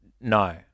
No